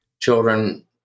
children